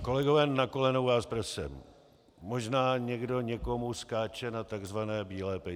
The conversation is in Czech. Kolegové, na kolenou vás prosím, možná někdo někomu skáče na takzvané bílé pejsky.